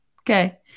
Okay